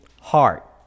heart